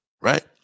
right